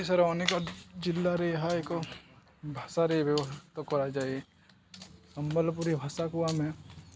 ଓଡ଼ିଶାର ଅନେକ ଜିଲ୍ଲାରେ ଏହା ଏକ ଭାଷାରେ ବ୍ୟବହୃତ କରାଯାଏ ସମ୍ବଲପୁରୀ ଭାଷାକୁୁ ଆମେ